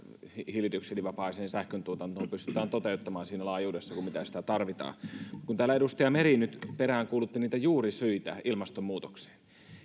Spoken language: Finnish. hiilidioksidivapaaseen sähköntuotantoon pystytään toteuttamaan siinä laajuudessa kuin sitä tarvitaan kun täällä edustaja meri nyt peräänkuulutti niitä juurisyitä ilmastonmuutokseen